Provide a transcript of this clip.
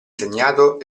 segnato